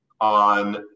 on